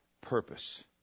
purpose